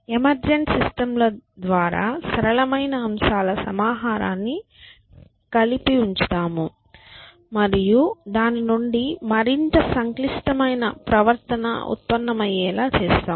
emergent system ల ద్వారా సరళమైన అంశాల సమాహారాన్ని కలిసి ఉంచుతాము మరియు దాని నుండి మరింత సంక్లిష్టమైన ప్రవర్తన ఉతప్పన్నమయ్యేలా చేస్తాం